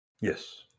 Yes